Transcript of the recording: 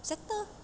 settle